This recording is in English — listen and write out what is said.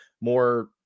more